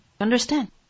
Understand